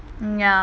mm ya